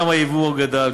גם היבוא גדל,